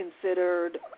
considered